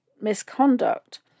misconduct